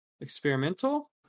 Experimental